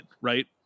right